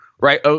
right